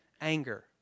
anger